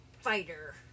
fighter